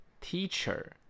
teacher